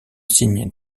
signe